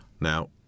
Now